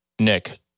Nick